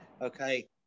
Okay